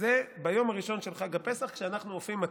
זה ביום הראשון של חג הפסח, כשאנחנו אופים מצות.